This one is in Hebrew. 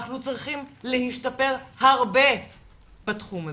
אנחנו צריכים להשתפר הרבה בתחום הזה,